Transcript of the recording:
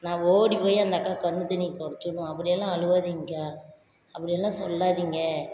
நான் ஓடி போய் அந்த அக்காவுக்கு கண்ணு தண்ணியை துடச்சி விடுவேன் அப்படி எல்லாம் அழுகாதிங்க்கா அப்படி எல்லாம் சொல்லாதீங்க